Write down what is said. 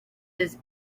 his